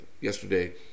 yesterday